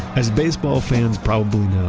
as baseball fans probably know,